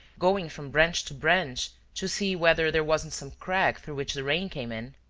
going from branch to branch to see whether there wasn't some crack through which the rain came in?